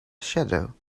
shadow